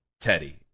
Teddy